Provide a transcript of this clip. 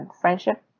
friendship